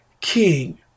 king